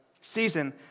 season